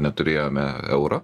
neturėjome euro